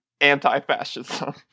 anti-fascism